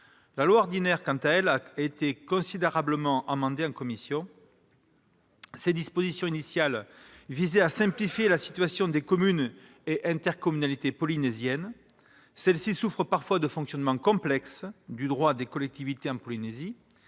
de loi ordinaire a, quant à lui, été considérablement amendé en commission. Ses dispositions initiales visaient à simplifier la situation des communes et intercommunalités polynésiennes, qui souffrent parfois du fonctionnement complexe du droit des collectivités territoriales